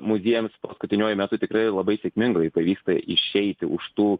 muziejams paskutiniuoju metu tikrai labai sėkmingai pavyksta išeiti už tų